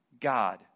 God